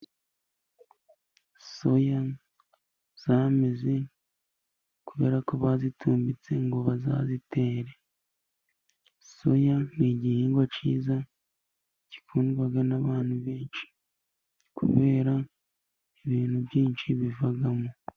Soya zameze kubera ko bazitumbitse ngo bazazitere, soya n'igihingwa cyiza gikundwa n'abantu benshi, kubera ibintu byinshi bivagamo.